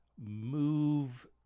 move